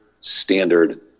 standard